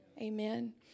amen